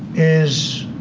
is